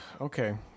Okay